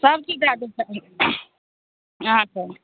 सब चीज दऽ देब कनी अहाँके